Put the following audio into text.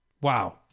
Wow